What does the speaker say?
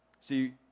See